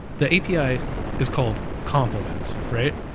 the api is called compliments, right?